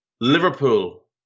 Liverpool